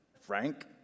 Frank